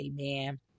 Amen